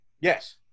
Yes